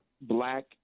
black